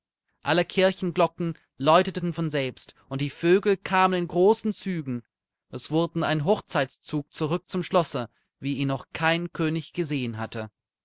alle kirchenglocken läuteten von selbst und die vögel kamen in großen zügen es wurde ein hochzeitszug zurück zum schlosse wie ihn noch kein könig gesehen hatte